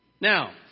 Now